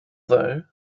though